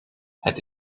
het